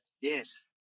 Yes